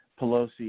Pelosi